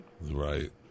Right